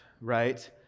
right